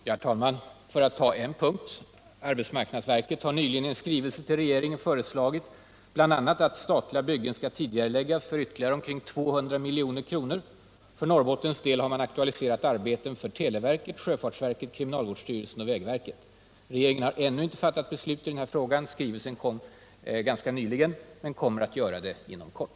Herr talman! Jag vill bemöta Lars Werner på den sista punkten. Arbetsmarknadsverket har nyligen i en skrivelse till regeringen föreslagit bl.a. att statliga byggen skall tidigareläggas för ytterligare omkring 200 milj.kr. För Norrbottens det har man därvid aktualiserat arbeten för televerket, sjöfartsverket, kriminalvårdsstyrelsen och vägverket. Regeringen har ännu inte fattat beslut i frågan — som jag sade kom skrivelsen ganska nyligen - men kommer att göra det inom kort.